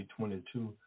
2022